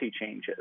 changes